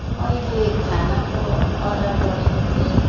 मैले खानाको अर्डर गरेको थिएँ